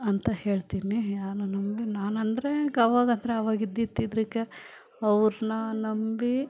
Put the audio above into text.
ಅಂತ ಹೇಳ್ತೀನಿ ಯಾರನ್ನು ನಂಬಿ ನಾನಂದರೆ ಈಗ ಅವಾಗಾದರೆ ಅವಾಗ ಇದ್ದಿದ ಇದ್ರಿಕ್ಕೆ ಅವ್ರನ್ನ ನಂಬಿ